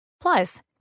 Plus